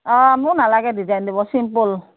অ মোৰ নালাগে ডিজাইন দিব চিম্পুল